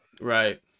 right